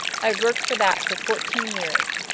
i have worked for that for fourteen years.